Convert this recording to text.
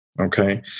Okay